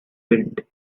wind